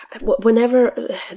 whenever